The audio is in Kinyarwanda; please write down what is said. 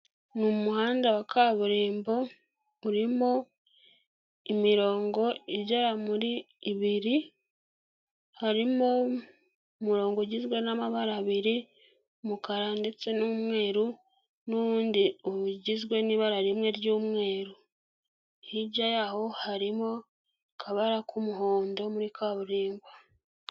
Ni umuhanda wa kaburimbo, urimo imirongo igera muri ibiri, harimo umurongo ugizwe n'amabara abiri umukara ndetse n'umweru, n'uwundi ugizwe n'ibara rimwe ry'umweru, hirya yaho harimo akabara k'umuhondo muri kaburimbo.